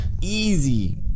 easy